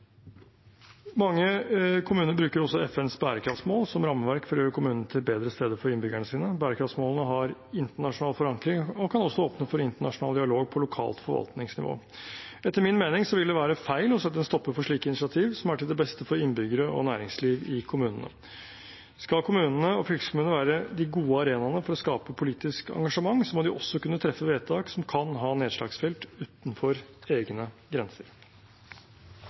Mange kommuner bruker også FNs bærekraftsmål som rammeverk for å gjøre kommunen til et bedre sted for innbyggerne sine. Bærekraftsmålene har internasjonal forankring og kan også åpne for internasjonal dialog på lokalt forvaltningsnivå. Etter min mening vil det være feil å sette en stopper for slike initiativ som er til det beste for innbyggere og næringsliv i kommunene. Skal kommunene og fylkeskommunene være gode arenaer for å skape politisk engasjement, må de også kunne treffe vedtak som kan ha nedslagsfelt utenfor egne grenser.